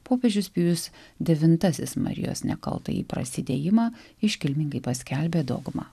popiežius pijus devintasis marijos nekaltąjį prasidėjimą iškilmingai paskelbė dogma